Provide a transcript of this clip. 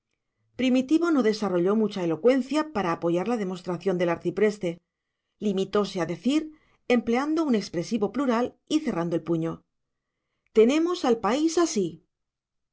primitivo no desarrolló mucha elocuencia para apoyar la demostración del arcipreste limitóse a decir empleando un expresivo plural y cerrando el puño tenemos al país así